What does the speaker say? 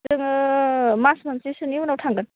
जोङो मास मोनसेसोनि उनाव थांगोन अ